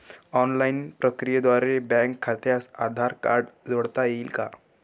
Online प्रक्रियेद्वारे bank खात्यास Aadhaar card जोडता येईल का?